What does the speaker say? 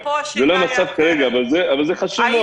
זה לא המצב כרגע אבל זה חשוב מאוד.